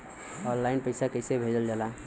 Online पैसा कैसे भेजल जाला?